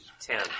Ten